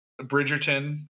Bridgerton